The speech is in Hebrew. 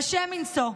קשה מנשוא.